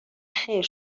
خیر